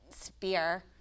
spear